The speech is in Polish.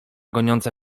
goniące